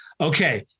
Okay